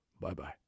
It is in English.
Bye-bye